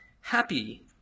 happy